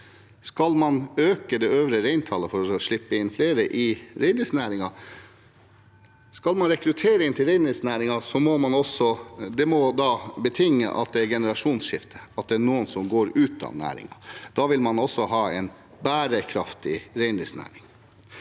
Skal man øke det øvre reintallet for å slippe inn flere i reindriftsnæringen? Skal man rekruttere til reindriftsnæringen, må det betinge at det er et generasjonsskifte, at det er noen som går ut av næringen. Da vil man også ha en bærekraftig reindriftsnæring.